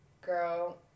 Girl